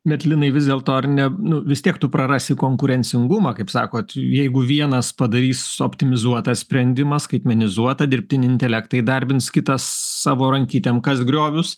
net linai vis dėlto ar ne nu vis tiek tu prarasi konkurencingumą kaip sakot jeigu vienas padarys optimizuotą sprendimą skaitmenizuotą dirbtinį intelektą įdarbins kitas savo rankytėm kas griovius